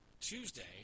tuesday